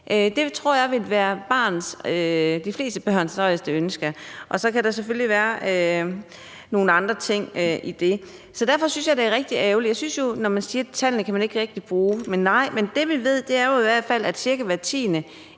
Det tror jeg vil være de fleste børns højeste ønske, og så kan der selvfølgelig være nogle andre ting i det. Så derfor synes jeg, det er rigtig ærgerligt, og man siger, at tallene kan man ikke rigtig bruge. Nej, men det, vi jo i hvert fald ved, er, at cirka hver tiende